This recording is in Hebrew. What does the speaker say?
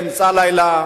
באמצע הלילה,